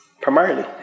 Primarily